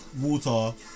water